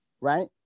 right